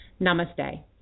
Namaste